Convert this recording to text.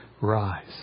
rise